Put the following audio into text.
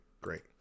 great